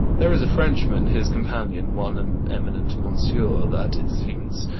there is a frenchman his companion, one an eminent monsieur that, it seems,